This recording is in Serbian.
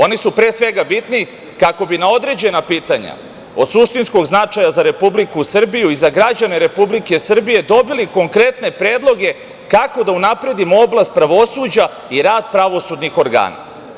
Oni su pre svega bitni kako bi na određena pitanja od suštinskog značaja za Republiku Srbiju i za građane Republike Srbije, dobili konkretne predloge kako da unapredimo oblast pravosuđa i rad pravosudnih organa.